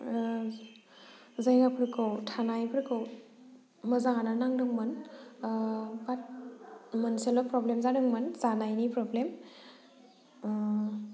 जायगाफोरखौ थानायफोरखौ मोजाङानो नांदोंमोन बात मोनसेल' प्रब्लेम जादोंमोन जानायनि प्रब्लेम